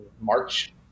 March